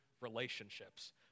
relationships